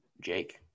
Jake